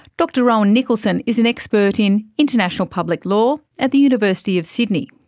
dr rowan nicholson is an expert in international public law at the university of sydney.